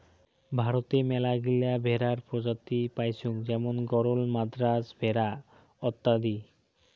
ভারতে মেলাগিলা ভেড়ার প্রজাতি পাইচুঙ যেমন গরল, মাদ্রাজ ভেড়া অত্যাদি